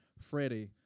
Freddie